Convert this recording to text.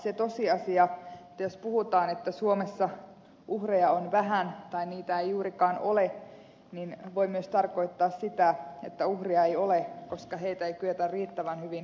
se tosiasia että jos puhutaan että suomessa uhreja on vähän tai niitä ei juurikaan ole voi myös tarkoittaa sitä että uhreja ei ole koska heitä ei kyetä riittävän hyvin tunnistamaan